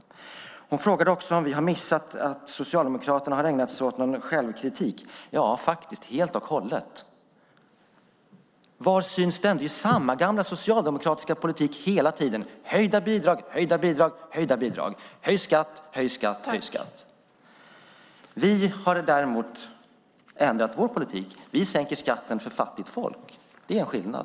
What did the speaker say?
Sara Karlsson frågade också om vi har missat att Socialdemokraterna har ägnat sig åt självkritik. Ja, vi har faktiskt missat det helt och hållet. Var syns den? Det är samma gamla socialdemokratiska politik hela tiden: höjda bidrag, höjda bidrag, höjda bidrag, höjd skatt, höjd skatt, höjd skatt. Vi har däremot ändrat vår politik. Vi sänker skatten för fattigt folk. Det är en skillnad.